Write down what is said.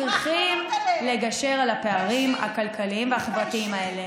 אנחנו מאמינים שצריכים לגשר על הפערים הכלכליים והחברתיים האלה.